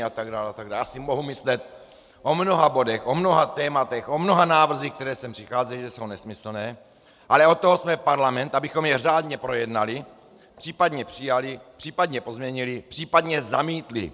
Já si mohu myslet o mnoha bodech, o mnoha tématech, o mnoha návrzích, které sem přicházejí, že jsou nesmyslné, ale od toho jsme parlament, abychom je řádně projednali, případně přijali, případně pozměnili, případně zamítli.